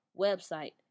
website